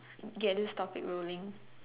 get this topic rolling